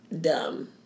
dumb